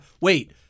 wait –